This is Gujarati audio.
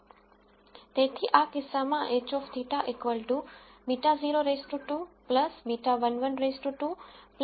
તેથી આ કિસ્સામાં h θ β0 2 β11 2 β12 2